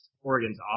Oregon's